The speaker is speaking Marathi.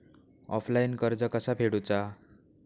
ऑफलाईन कर्ज कसा फेडूचा?